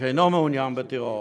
ושאינו מעוניין בטרור.